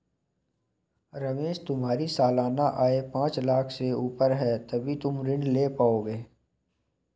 रमेश तुम्हारी सालाना आय पांच लाख़ से ऊपर है तभी तुम ऋण ले पाओगे